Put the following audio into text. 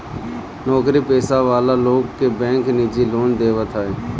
नोकरी पेशा वाला लोग के बैंक निजी लोन देवत हअ